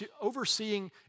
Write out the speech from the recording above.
overseeing